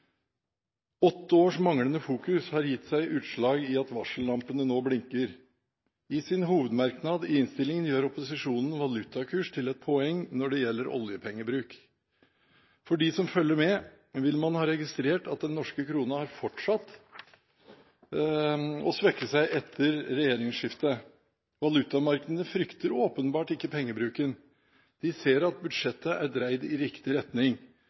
Åtte års manglende fokus har gitt seg utslag i at varsellampene nå blinker. I sin hovedmerknad i innstillingen gjør opposisjonen valutakurs til et poeng når det gjelder oljepengebruk. De som følger med, vil ha registrert at den norske krona har fortsatt å svekke seg etter regjeringsskiftet. Valutamarkedene frykter åpenbart ikke pengebruken. De ser at budsjettet er dreid i riktig retning.